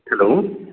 hello